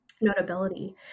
notability